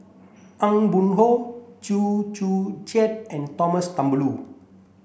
Aw Boon Haw Chew Joo Chiat and Thumboo